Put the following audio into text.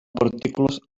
partícules